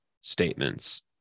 statements